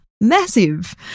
massive